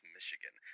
Michigan